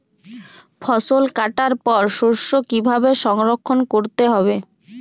ফসল কাটার পর শস্য কীভাবে সংরক্ষণ করতে হবে?